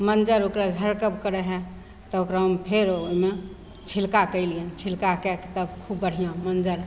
मञ्जर ओकरा झरकब करै हइ तब फेर ओहिमे छिलका कएलिअनि छिलका कै के तब खूब बढ़िआँ मञ्जर